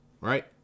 Right